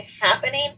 happening